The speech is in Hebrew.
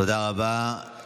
תודה, תודה רבה.